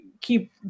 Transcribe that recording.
keep